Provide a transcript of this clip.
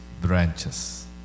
branches